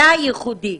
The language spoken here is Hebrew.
זה הייחודי.